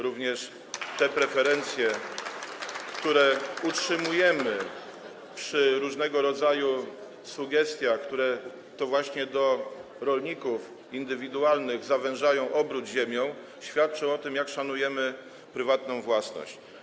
Również te preferencje, które utrzymujemy przy różnego rodzaju sugestiach, które to właśnie do rolników indywidualnych zawężają obrót ziemią, świadczą o tym, jak szanujemy prywatną własność.